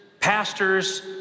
pastors